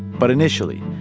but initially,